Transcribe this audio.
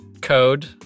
code